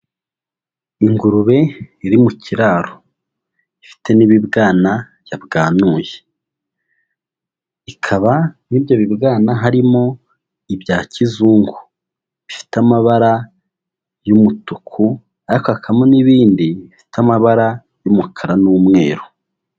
Ingurube iri mu kiraro ifite n'ibibwana yabwanuye. Ikaba mu ibyo bibwana harimo ibya kizungu. Bifite amabara y'umutuku ariko hakabamo n'ibindi bifite amabara y'umukara n'umweru.